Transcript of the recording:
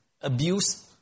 abuse